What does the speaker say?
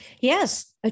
Yes